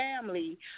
family